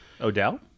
Odell